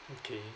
okay